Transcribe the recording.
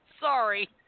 Sorry